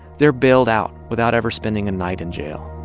they're bailed out without ever spending a night in jail